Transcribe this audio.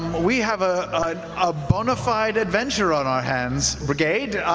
we have a ah bonafide adventure on our hands, brigade.